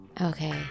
Okay